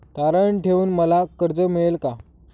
तारण ठेवून मला कर्ज मिळेल का?